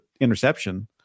interception